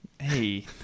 hey